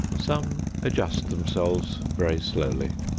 some adjust themselves very slowly.